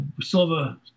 Silva